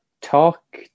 talk